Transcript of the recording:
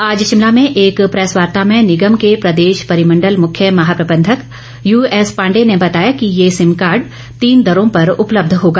आज शिमला में एक प्रैस वार्ता में निगम के प्रदेश परिमंडल मुख्य महाप्रबंधक यू एस पांडेय ने बताया कि ये सिम कार्ड तीन दरो पर उपलब्ध होगा